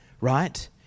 right